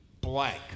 blank